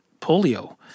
polio